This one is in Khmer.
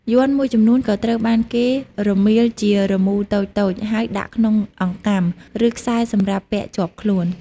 យ័ន្តមួយចំនួនក៏ត្រូវបានគេរមៀលជារមូរតូចៗ ហើយដាក់ក្នុងអង្កាំ ឬខ្សែកសម្រាប់ពាក់ជាប់ខ្លួន។